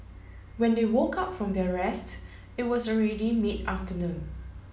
when they woke up from their rest it was already mid afternoon